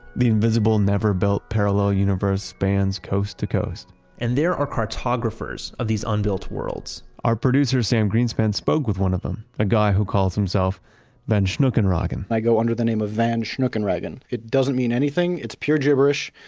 the invisible never built parallel universe bands coast to coast and there are cartographers of these unbuilt worlds our producer sam greenspan spoke with one of them, a guy who calls himself vanshnookenraggen i go under the name of vanshnookenraggen. it doesn't mean anything, it's pure gibberish.